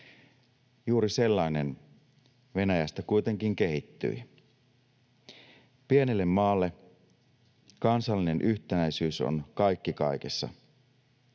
Juuri sellainen Venäjästä kuitenkin kehittyi. Pienelle maalle kansallinen yhtenäisyys on kaikki kaikessa.